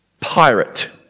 pirate